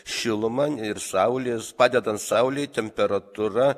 šiluma ir saulės padedant saulei temperatūra